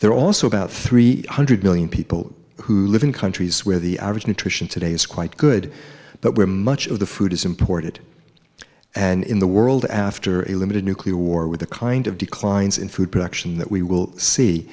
they're also about three hundred million people who live in countries where the average nutrition today is quite good but where much of the food is imported and in the world after a limited nuclear war with the kind of declines in food production that we will see